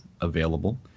available